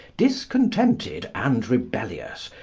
discontented, and rebellious,